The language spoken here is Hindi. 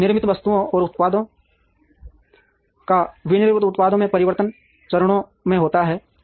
निर्मित वस्तुओं या उत्पादों का विनिर्मित उत्पादों में परिवर्तन चरणों में होता है